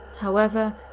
however,